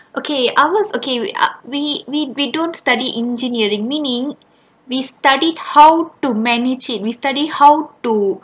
okay ours okay ah we we we don't study engineering meaning we studied how to manage it we study how to